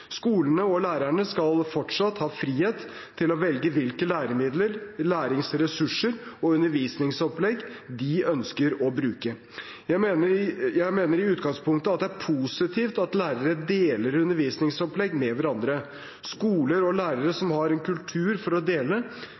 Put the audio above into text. Skolene og lærerne skal fortsatt ha frihet til å velge hvilke læremidler, læringsressurser og undervisningsopplegg de ønsker å bruke. Jeg mener i utgangspunktet det er positivt at lærere deler undervisningsopplegg med hverandre. Skoler og lærere som har kultur for å dele,